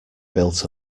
built